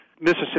Mississippi